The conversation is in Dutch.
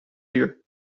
duur